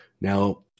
Now